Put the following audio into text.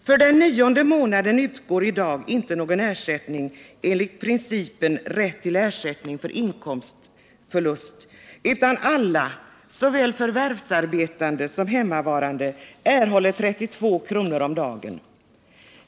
För den nionde månaden utgår i dag inte någon ersättning enligt principen rätt till ersättning för inkomstförlust, utan alla, såväl förvärvsarbetande som hemmavarande, erhåller 32 kr. om dagen.